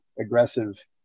aggressive